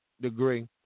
degree